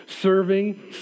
serving